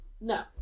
no